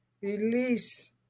release